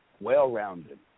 well-rounded